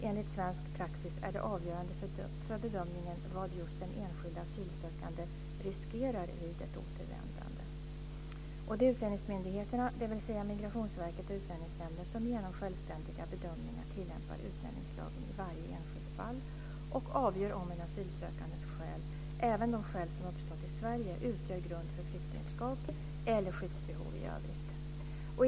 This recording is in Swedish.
Enligt svensk praxis är det avgörande för bedömningen vad just den enskilde asylsökande riskerar vid ett återvändande. Det är utlänningsmyndigheterna, dvs. Migrationsverket och Utlänningsnämnden, som genom självständiga bedömningar tillämpar utlänningslagen i varje enskilt fall och avgör om en asylsökandes skäl - även de skäl som uppstått i Sverige - utgör grund för flyktingskap eller skyddsbehov i övrigt.